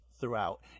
throughout